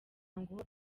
ngo